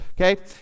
okay